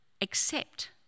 accept